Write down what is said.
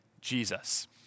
Jesus